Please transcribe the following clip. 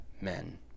men